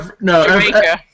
No